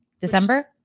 December